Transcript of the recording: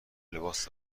لباس